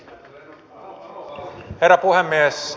herra puhemies